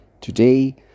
Today